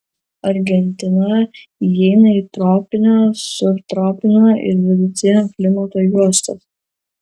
argentina įeina į tropinio subtropinio ir vidutinio klimato juostas